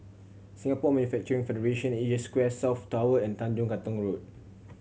Singapore Manufacturing Federation Asia Square South Tower and Tanjong Katong Road